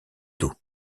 dos